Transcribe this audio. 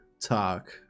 talk